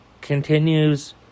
continues